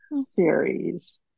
series